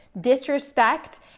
disrespect